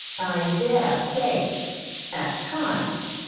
i dare say at times,